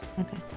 Okay